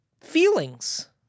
feelings